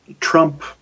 Trump